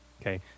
Okay